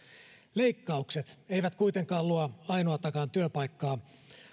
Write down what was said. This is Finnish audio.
leikkaukset eivät kuitenkaan luo ainoatakaan työpaikkaa